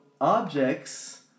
objects